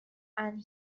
and